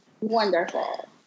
wonderful